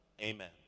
Amen